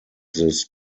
this